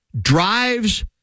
drives